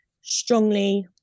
strongly